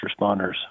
responders